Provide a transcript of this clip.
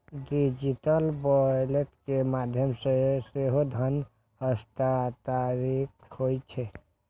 digital wallet के माध्यम सं सेहो धन हस्तांतरित होइ छै